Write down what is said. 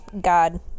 God